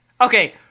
Okay